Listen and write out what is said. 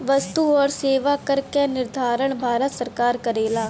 वस्तु आउर सेवा कर क निर्धारण भारत सरकार करेला